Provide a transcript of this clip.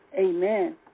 Amen